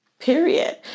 Period